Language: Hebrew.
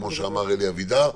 כמו שאמר אלי אבידר,